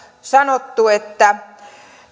sanottu että